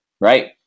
right